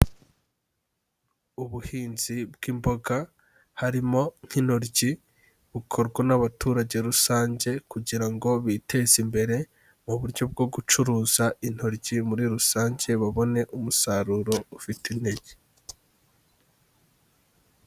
Ubuhinzi bw'imboga harimo nk'intoryi, bukorwa n'abaturage rusange kugira ngo biteze imbere mu buryo bwo gucuruza intoryi muri rusange babone umusaruro ufite intege.